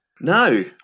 No